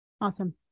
Awesome